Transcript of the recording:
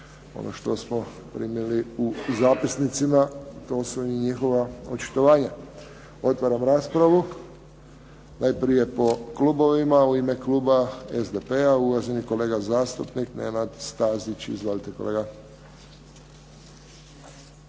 ono što smo primili u zapisnicima to su i njihova očitovanja. Otvaram raspravu najprije po klubovima. U ime kluba SDP-a, uvaženi kolega Stazić. Izvolite kolega.